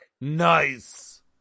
Nice